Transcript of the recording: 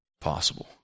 possible